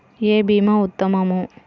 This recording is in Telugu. ఏ భీమా ఉత్తమము?